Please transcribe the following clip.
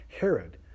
Herod